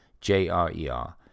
j-r-e-r